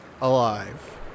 Alive